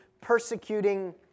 persecuting